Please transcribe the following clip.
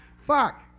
Fuck